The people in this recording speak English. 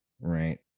Right